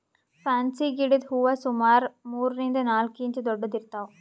fancy ಗಿಡದ್ ಹೂವಾ ಸುಮಾರ್ ಮೂರರಿಂದ್ ನಾಲ್ಕ್ ಇಂಚ್ ದೊಡ್ಡದ್ ಇರ್ತವ್